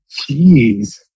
Jeez